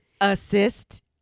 assist